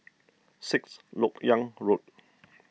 Sixth Lok Yang Road